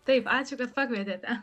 taip ačiū kad pakvietėte